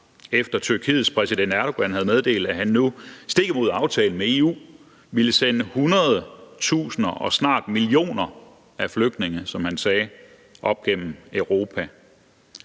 efter at Tyrkiets præsident Erdogan havde meddelt, at han nu stik imod aftalen med EU ville sende hundredtusinder og snart millioner af flygtninge, som han